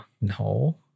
No